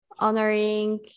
Honoring